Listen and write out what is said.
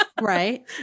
Right